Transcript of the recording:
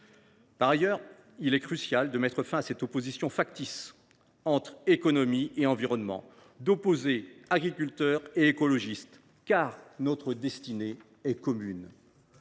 Par ailleurs, il est crucial de mettre fin à cette opposition factice entre économie et environnement. Cessez d’opposer agriculteurs et écologistes, car notre destinée est commune.